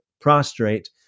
prostrate